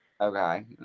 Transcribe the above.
Okay